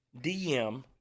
DM